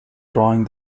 drawing